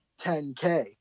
10k